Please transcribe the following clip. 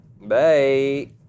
Bye